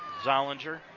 Zollinger